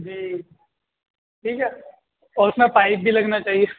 جی ٹھیک ہے اور اس میں پائپ بھی لگنا چاہیے